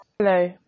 Hello